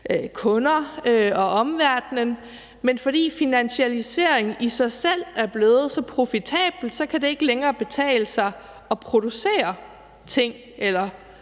kunder og omverdenen, men fordi finansialisering i sig selv er blevet så profitabelt, kan det ikke længere betale sig at producere ting eller